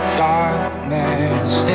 darkness